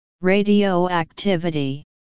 Radioactivity